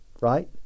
Right